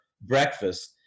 breakfast